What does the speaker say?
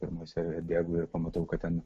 pirmoj serijoj atbėgu ir pamatau kad ten